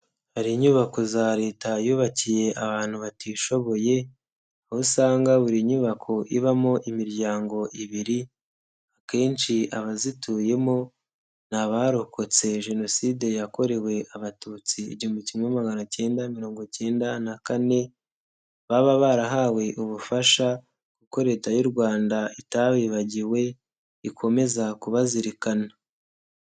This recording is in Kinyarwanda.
Hari inyubako za Leta yubakiye abantu batishoboye aho usanga buri nyubako ibamo imiryango ibiri, akenshi abazituyemo ni abarokotse Jenoside yakorewe Abatutsi igihumbi kimwe magana cyenda mirongo icyenda na kane baba barahawe ubufasha kuko Leta y'u Rwanda itabibagiwe ikomeza kubazirikana.